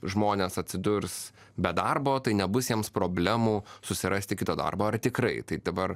žmonės atsidurs be darbo tai nebus jiems problemų susirasti kito darbo ar tikrai taip dabar